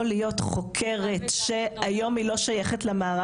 יכולה להיות חוקרת שהיום היא כבר לא שייכת למערך,